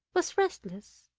was restless,